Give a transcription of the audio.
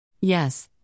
Yes